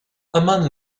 among